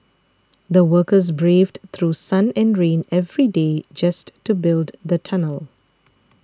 the workers braved through sun and rain every day just to build the tunnel